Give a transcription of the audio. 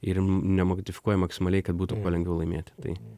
ir nemodifikuoja maksimaliai kad būtų kuo lengviau laimėti tai